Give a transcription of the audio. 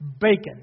Bacon